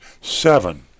seven